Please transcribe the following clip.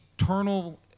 eternal